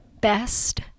best